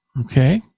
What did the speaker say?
okay